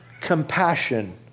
compassion